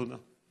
תודה.